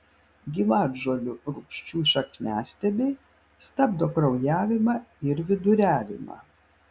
gyvatžolių rūgčių šakniastiebiai stabdo kraujavimą ir viduriavimą